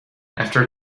after